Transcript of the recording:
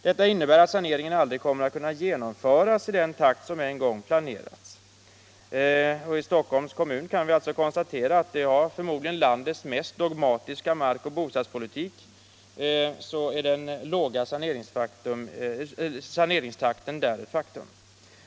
Detta innebär att saneringen aldrig kommer att kunna genomföras i den takt som en gång planerats. I Stockholms kommun kan vi alltså konstatera att vi förmodligen har landets mest dogmatiska markoch bostadspolitik. Därmed är den låga saneringstakten ett faktum.